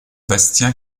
bastien